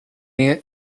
mere